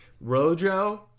Rojo